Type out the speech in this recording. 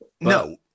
No